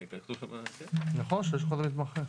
כתוב נציגו, נראה לי שיכול להיות רק עורך דין.